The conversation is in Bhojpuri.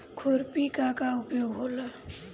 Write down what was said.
खुरपी का का उपयोग होला?